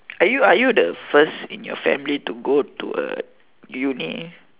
are you are you the first in your family to go to a uni